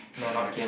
correct